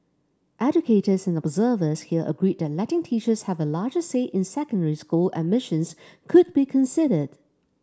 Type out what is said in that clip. educators and observers here agreed that letting teachers have a larger say in secondary school admissions could be considered